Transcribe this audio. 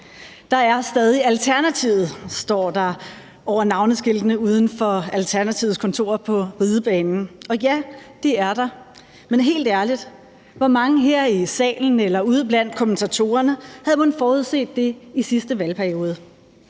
»Der er stadig Alternativet«, står der over navneskiltene uden for Alternativets kontorer på Ridebanen. Og ja, det er der, men helt ærligt: Hvor mange her i salen eller ude blandt kommentatorerne havde mon forudset det i sidste valgperiode?